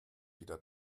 wieder